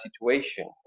situation